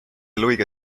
luige